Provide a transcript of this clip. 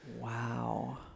Wow